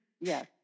Yes